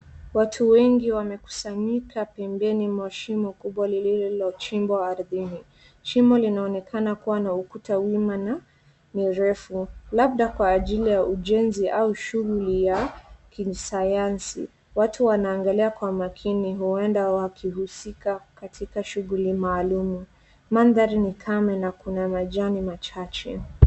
Watu wengi wamekusanyika pembeni mwa shimo kubwa lilochimbwa ardhini. Shimo linaonekana kuwa na ukuta wima na ni refu, labda kwa ajili ya ujenzi au shughuli ya kisayansi. Watu wanaangalia kwa umakini, huenda wakihusika katika shughuli maalumu. Mandhari ni kame na kuna majani machache.